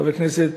חבר הכנסת